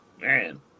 man